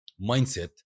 mindset